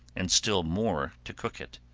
and still more to cook it.